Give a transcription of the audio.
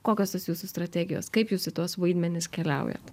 kokios tos jūsų strategijos kaip jūs į tuos vaidmenis keliaujat